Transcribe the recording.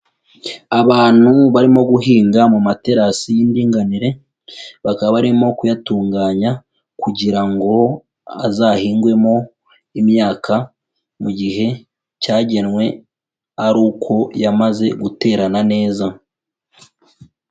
Abantu barimo guhinga mu materasi y'indinganire, bakaba barimo kuyatunganya kugira ngo azahingwemo imyaka mu gihe cyagenwe ari uko yamaze guterana neza.